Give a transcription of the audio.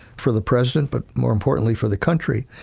for the president, but more importantly, for the country.